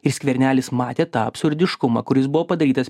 ir skvernelis matė tą absurdiškumą kuris buvo padarytas